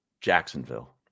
Jacksonville